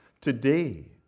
today